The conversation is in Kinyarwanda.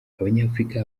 abanyafurika